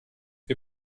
wir